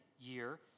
year